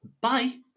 Bye